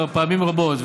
כבר פעמים רבות,